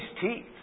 teeth